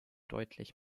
deutlich